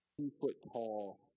two-foot-tall